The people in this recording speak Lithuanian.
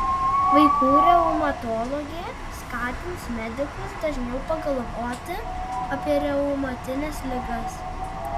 vaikų reumatologė skatins medikus dažniau pagalvoti apie reumatines ligas